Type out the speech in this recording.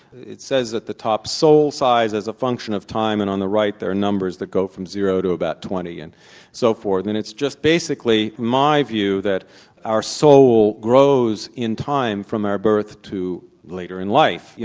it says at the top, soul size as a function of time and on the right there are numbers that go from zero to about twenty, and so forth, and it's just basically my view that our soul grows in time from our birth to later in life, you